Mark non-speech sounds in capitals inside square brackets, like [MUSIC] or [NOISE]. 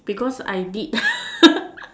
because I did [LAUGHS]